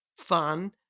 fun